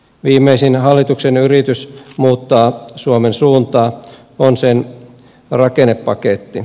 viimeisin hallituksen yritys muuttaa suomen suuntaa on sen rakennepaketti